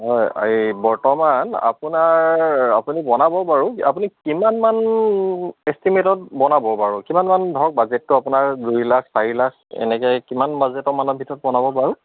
হয় এই বৰ্তমান আপোনাৰ আপুনি বনাব বাৰু আপুনি কিমানমান এষ্টিমেটত বনাব বাৰু কিমানমান ধৰক বাজেটটো আপোনাৰ দুই লাখ চাৰি লাখ এনেকৈ কিমান বাজেটৰমানৰ ভিতৰত বনাব বাৰু